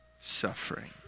suffering